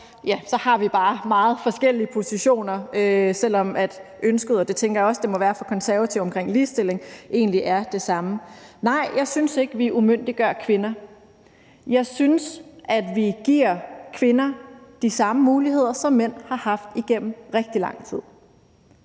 har vi bare meget forskellige positioner, selv om ønsket – og det tænker jeg også at det må være for Konservative omkring ligestilling – egentlig er det samme. Nej, jeg synes ikke, at vi umyndiggør kvinder; jeg synes, at vi giver kvinder de samme muligheder, som mænd har haft igennem rigtig lang tid.